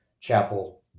chapel